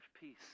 peace